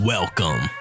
Welcome